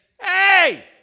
Hey